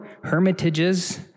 hermitages